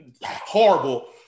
Horrible